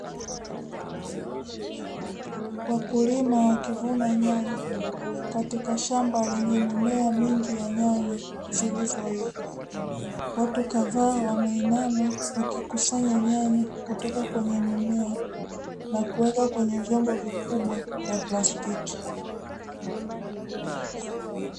Wakulima wakivuna nyanya katika shamba lenye mimea mengi ya nyanya zilizoiva. Watu kadhaa wameinama wakikusanya nyanya kutoka kwenye mimea na kuweka kwenye vyombo vikubwa vya plastiki.